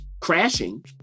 crashing